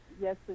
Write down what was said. yes